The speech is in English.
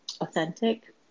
authentic